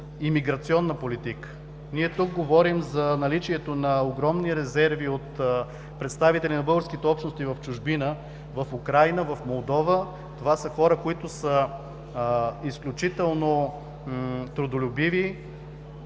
имиграционна политика. Ние тук говорим за наличието на огромни резерви от представители на българските общности в чужбина, в Украйна, в Молдова – това са изключително трудолюбиви